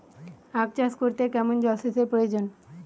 আখ চাষ করতে কেমন জলসেচের প্রয়োজন?